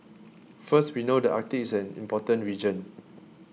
first we know the Arctic is an important region